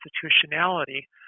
constitutionality